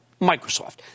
Microsoft